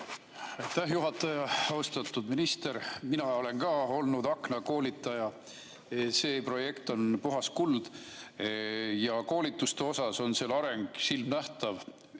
juhataja! Austatud minister! Mina olen ka olnud aknakoolitaja. See projekt on puhas kuld ja koolitustel on seal areng silmnähtav.